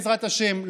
בעזרת השם,